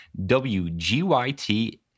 WGYT